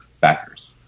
backers